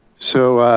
so,